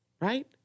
right